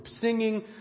singing